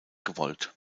gewollt